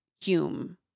Hume